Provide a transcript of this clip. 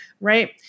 Right